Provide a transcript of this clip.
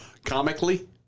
Comically